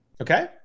Okay